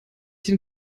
den